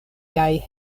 kaj